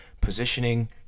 positioning